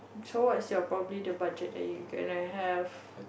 so what is your probably the budget that you gonna have